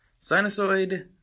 Sinusoid